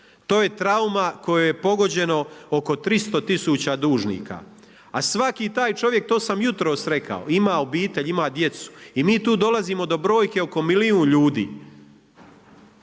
To je trauma kojom je pogođeno oko 300 tisuća dužnika, a svaki taj čovjek, to sam jutros rekao ima obitelj, ima djecu. I mi tu dolazimo do brojke oko milijun ljudi.